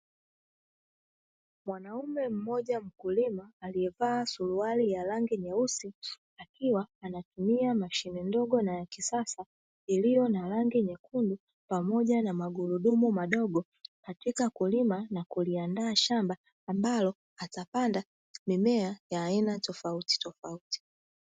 Mwanaume mmoja mkulima aliyevaa suruali ya rangi nyeusi akiwa anatumia mshine ndogo na ya kisasa iliyo na rangi nyekundu pamoja na maguruduma madogo, katika kulima na kuliandaa shamba ambalo atapanda mimea ya aina tofautitofauti.